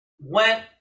went